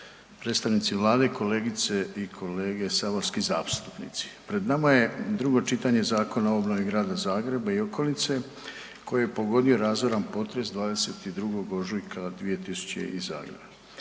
predstavnici Vlade, kolegice i kolege saborski zastupnici. Pred nama je drugo čitanje Zakona o obnovi Grada Zagreba i okolice koje je pogodio razoran potres 22. ožujka 2020.